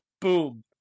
Boom